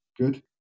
good